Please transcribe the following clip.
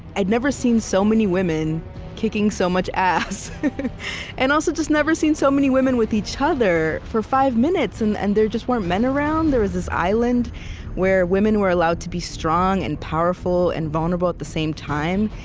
i'd never seen so many women kicking so much ass and also just never seen so many women with each other for five minutes and and there just weren't men around there was this island where women were allowed to be strong and powerful and vulnerable at the same time.